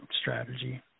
strategy